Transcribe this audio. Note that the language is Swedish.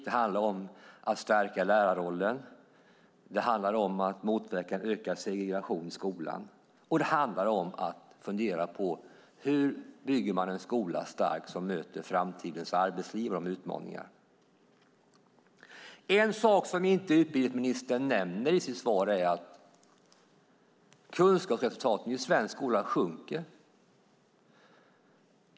Det handlar om att stärka lärarrollen, det handlar om att motverka ökad segregation i skolan och det handlar om att fundera på hur man bygger en skola stark som möter framtidens arbetsliv och utmaningar. En sak som utbildningsministern inte nämner i sitt svar är att kunskapsresultaten i svensk skola sjunker.